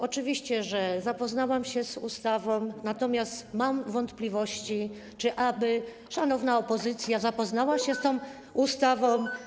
Oczywiście, że zapoznałam się z ustawą, natomiast mam wątpliwości, czy aby szanowna opozycja zapoznała się z tą ustawą.